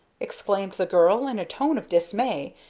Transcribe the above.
exclaimed the girl, in a tone of dismay,